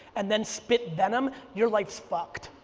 and then spit venom, you're life's fucked.